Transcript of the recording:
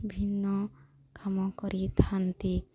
ଭିନ୍ନ କାମ କରିଥାନ୍ତି